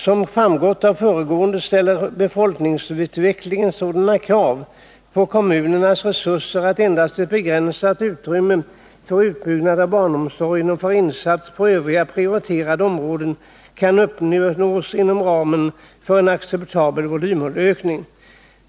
Som framgått av det föregående ställer befolkningsutvecklingen sådana krav på kommunernas resurser att endast ett begränsat utrymme för utbyggnad av barnomsorgen och för insatser på övriga prioriterade områden kan uppnås inom ramen för en acceptabel volymökning.